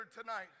tonight